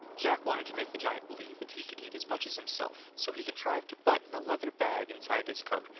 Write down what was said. jack wanted to make the giant believe that he could eat as much as himself, so he contrived to button a leathern bag inside his coat,